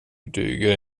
duger